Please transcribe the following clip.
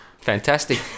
Fantastic